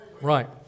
Right